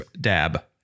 dab